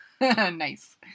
Nice